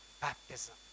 baptism